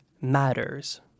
matters